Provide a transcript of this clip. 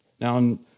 Now